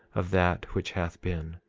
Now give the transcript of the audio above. of that which hath been.